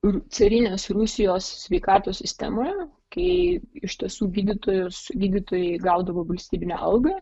ir carinės rusijos sveikatos sistemoje kai iš tiesų gydytojus gydytojai gaudavo valstybinę algą